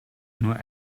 nur